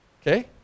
Okay